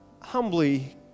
humbly